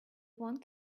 want